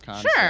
Sure